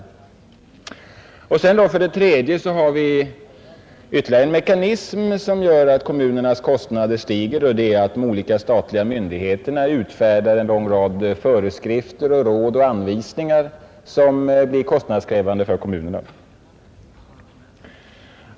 För det tredje har vi ytterligare en mekanism som gör att kommunernas kostnader stiger, och det är att de olika statliga myndigheterna utfärdar en lång rad föreskrifter, råd och anvisningar som blir kostnadskrävande för kommunerna.